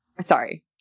sorry